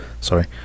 Sorry